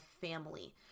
family